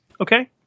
okay